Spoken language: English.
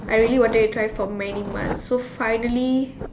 I really wanted to try for many months so finally